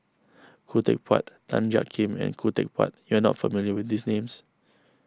Khoo Teck Puat Tan Jiak Kim and Khoo Teck Puat you are not familiar with these names